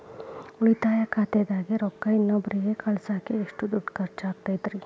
ಉಳಿತಾಯ ಖಾತೆದಾಗಿನ ರೊಕ್ಕ ಇನ್ನೊಬ್ಬರಿಗ ಕಳಸಾಕ್ ಎಷ್ಟ ದುಡ್ಡು ಖರ್ಚ ಆಗ್ತೈತ್ರಿ?